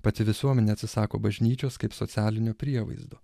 pati visuomenė atsisako bažnyčios kaip socialinio prievaizdo